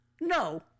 No